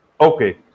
okay